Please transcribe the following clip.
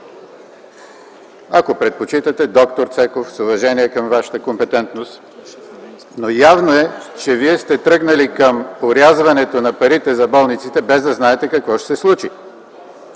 Ако предпочитате, д-р Цеков, с уважение към Вашата компетентност, но явно е, че Вие сте тръгнали към орязването на парите за болниците без да знаете какво ще се случи.